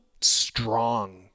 strong